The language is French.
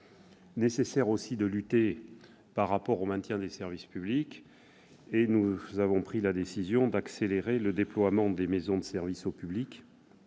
nécessaire aussi de lutter pour le maintien des services publics. Nous avons pris la décision d'accélérer le déploiement des maisons de services au public,